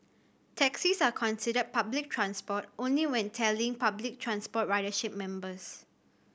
taxis are considered public transport only when tallying public transport ridership members